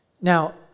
Now